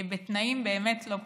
בתנאים באמת לא פשוטים.